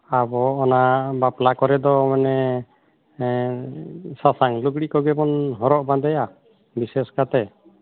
ᱟᱵᱚ ᱚᱱᱟ ᱵᱟᱯᱞᱟ ᱠᱚᱨᱮ ᱫᱚ ᱢᱟᱱᱮ ᱥᱟᱥᱟᱝ ᱞᱩᱜᱽᱲᱤ ᱠᱚᱜᱮ ᱵᱚᱱ ᱦᱚᱨᱚᱜ ᱵᱟᱸᱫᱮᱭᱟ ᱵᱤᱥᱮᱥ ᱠᱟᱛᱮᱫ